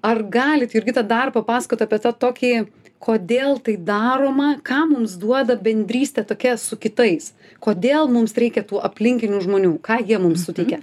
ar galit jurgita dar papasakot apie tą tokį kodėl tai daroma ką mums duoda bendrystė tokia su kitais kodėl mums reikia tų aplinkinių žmonių ką jie mums suteikia